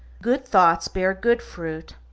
good thoughts bear good fruit,